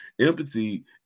Empathy